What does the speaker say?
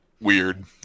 weird